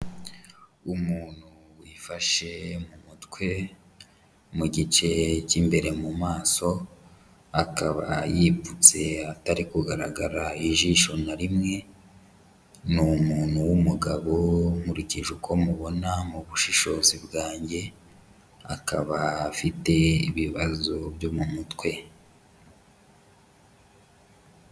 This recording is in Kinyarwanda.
Umuntu wifashe mu mutwe mu gice cy'imbere mu maso, akaba yipfutse hatari kugaragara ijisho na rimwe, ni umuntu w'umugabo nkurikije uko mubona mu bushishozi bwanjye, akaba afite ibibazo byo mu mutwe.